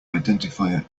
identifier